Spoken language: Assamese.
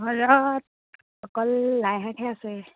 ঘৰত অকল লাই শাকহে আছে